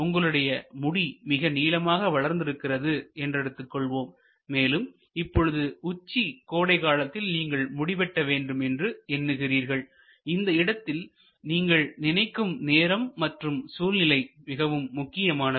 உங்களுடைய முடி மிக நீளமாக வளர்ந்திருக்கிறது என்று எடுத்துக் கொள்வோம் மேலும் இப்பொழுது உச்சி கோடைகாலத்தில் நீங்கள் முடிவெட்ட வேண்டுமென்று என்று எண்ணுகிறீர்கள் இந்த இடத்தில் நீங்கள் நினைக்கும் நேரம் மற்றும் சூழ்நிலை மிகவும் முக்கியமானது